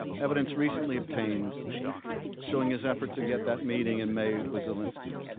evidence recently obtained showing his effort to get that meeting in may with zelensky.